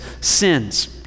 sins